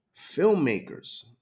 filmmakers